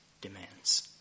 demands